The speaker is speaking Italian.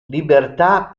libertà